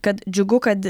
kad džiugu kad